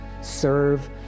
serve